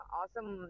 awesome